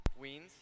Weens